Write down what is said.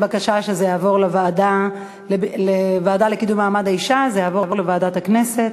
(תיקון, הארכת התקופה המרבית למאסר כפייה),